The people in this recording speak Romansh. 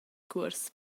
cuors